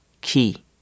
key